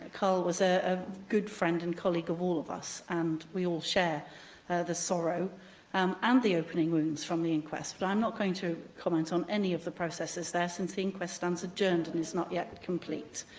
carl was a ah good friend and colleague of all of us, and we all share the sorrow um and the opening wounds from the inquest, but i'm not going to comment on any of the processes there, since the inquest stands adjourned and is not yet complete,